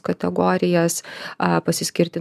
kategorijas a pasiskirti